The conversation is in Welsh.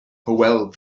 hywel